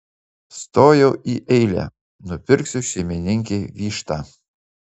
stojau į eilę nupirksiu šeimininkei vištą